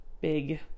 big